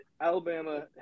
Alabama